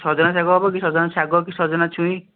ସଜନା ଶାଗ ହେବ କି ସଜନା ଶାଗ କି ସଜନା ଛୁଇଁ